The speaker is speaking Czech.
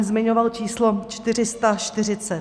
Zmiňoval číslo 440.